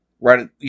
Right